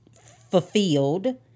fulfilled